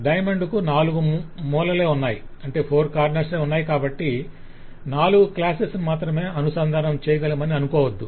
diamond కు నాలుగు మూలాలే ఉన్నాయి కాబట్టి నాలుగు క్లాసెస్ ను మాత్రమే అనుసంధానం చేయగలమని అనుకోవద్దు